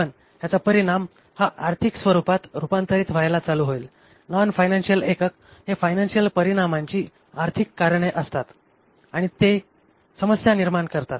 पण ह्याचा परिणाम हा आर्थिक स्वरूपात रूपांतरित व्हायला चालू होईल नॉन फायनान्शिअल एकक हे फायनान्शिअल परिणामाची आर्थिक कारणे असतात आणि ते समस्या निर्माण करतात